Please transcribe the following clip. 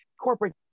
Corporate